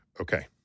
Okay